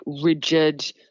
rigid